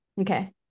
Okay